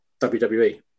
wwe